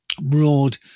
broad